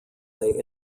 they